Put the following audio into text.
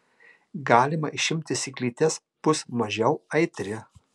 galima išimti sėklytes bus mažiau aitri